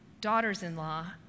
daughters-in-law